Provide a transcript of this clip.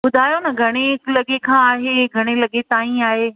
ॿुधायो न घणे लॻे खां आहे घणे लॻे ताईं आहे